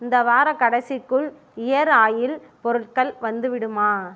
இந்த வார கடைசிக்குள் இயர் ஆயில் பொருட்கள் வந்துவிடுமா